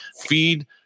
feed